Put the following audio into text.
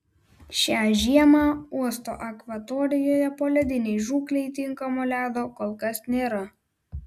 šią žiemą uosto akvatorijoje poledinei žūklei tinkamo ledo kol kas nėra